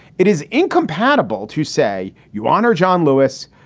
it is incompatible to say, you honor john lewis,